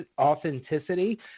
authenticity